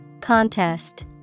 Contest